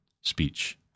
speech